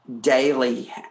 daily